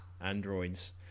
androids